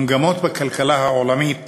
המגמות בכלכלה העולמית